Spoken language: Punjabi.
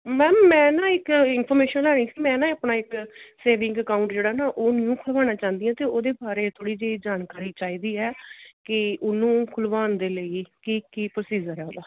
ਮੈਮ ਮੈਂ ਨਾ ਇੱਕ ਇਨਫੋਰਮੇਸ਼ਨ ਲੈਣੀ ਸੀ ਮੈਂ ਨਾ ਆਪਣਾ ਇੱਕ ਸੇਵਿੰਗ ਅਕਾਊਂਟ ਜਿਹੜਾ ਨਾ ਉਹ ਨਿਊ ਖੁੱਲ੍ਹਵਾਉਣਾ ਚਾਹੁੰਦੀ ਹਾਂ ਅਤੇ ਉਹਦੇ ਬਾਰੇ ਥੋੜ੍ਹੀ ਜਿਹੀ ਜਾਣਕਾਰੀ ਚਾਹੀਦੀ ਹੈ ਕਿ ਉਹਨੂੰ ਖੁੱਲ੍ਹਵਾਉਣ ਦੇ ਲਈ ਕੀ ਕੀ ਪ੍ਰੋਸੀਜਰ ਹੈ ਉਹਦਾ